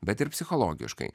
bet ir psichologiškai